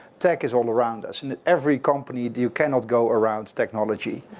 tech is all around us. and in every company you cannot go around technology.